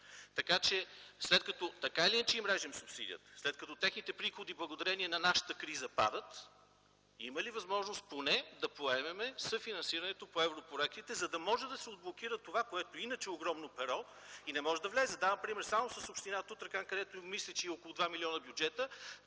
така или иначе, им режем субсидията, след като техните приходи благодарение на нашата криза падат: има ли възможност поне да поемем съфинансирането по европроектите, за да може да се отблокира това, което иначе е огромно перо, и не може да влезе? Давам пример с община Тутракан, където мисля, че бюджета й е около 2 милиона. Те